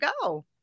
go